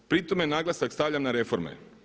Pri tome naglasak stavljam na reforme.